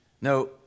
No